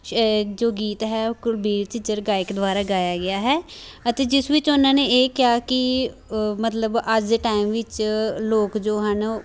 ਜੋ ਗੀਤ ਹੈ ਉਹ ਕੁਲਬੀਰ ਝਿੰਜਰ ਗਾਇਕ ਦੁਆਰਾ ਗਾਇਆ ਗਿਆ ਹੈ ਅਤੇ ਜਿਸ ਵਿੱਚ ਉਹਨਾਂ ਨੇ ਇਹ ਕਿਹਾ ਕਿ ਮਤਲਬ ਅੱਜ ਦੇ ਟਾਈਮ ਵਿੱਚ ਲੋਕ ਜੋ ਹਨ